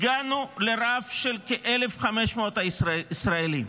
הגענו לרף של כ-1,500 ישראלים.